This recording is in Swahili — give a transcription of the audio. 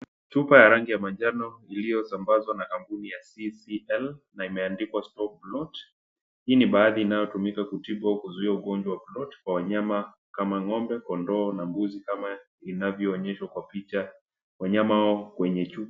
Chumba ya rangi manjano iliyosambazwa na kampuni ya CCL na imeandikwa Stop Bloat. Hii ni baadhi inayotumika kutibu au kuzuia ugonjwa wa Bloat kwa wanyama kama ngombe, kondoo na mbuzi kama inavyoonyeshwa kwa picha wanyama hao kwenye chupa.